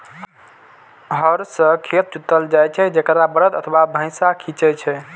हर सं खेत जोतल जाइ छै, जेकरा बरद अथवा भैंसा खींचै छै